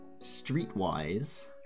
Streetwise